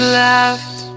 left